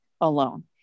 alone